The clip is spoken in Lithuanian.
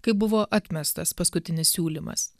kai buvo atmestas paskutinis siūlymas